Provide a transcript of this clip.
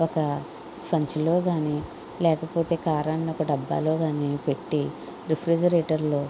ఒక సంచిలోగాని లేకపోతే కారంని ఒక డబ్బాలోగాని పెట్టి రిఫ్రిజరేటర్లో